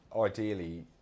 ideally